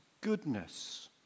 goodness